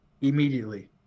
immediately